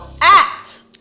act